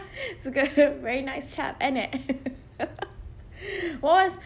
guy very nice chap ain't it what was